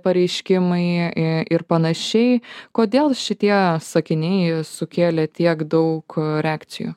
pareiškimai i ir panašiai kodėl šitie sakiniai sukėlė tiek daug reakcijų